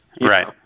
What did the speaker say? Right